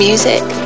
Music